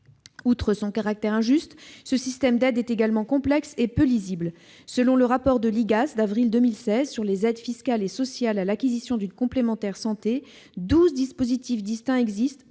Outre son caractère injuste, ce système d'aide est également complexe et peu lisible. Selon le rapport de l'IGAS du mois d'avril 2016 sur les aides fiscales et sociales à l'acquisition d'une complémentaire santé, douze dispositifs distincts existent,